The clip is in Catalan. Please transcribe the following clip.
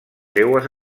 seues